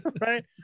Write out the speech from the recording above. right